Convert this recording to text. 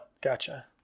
Gotcha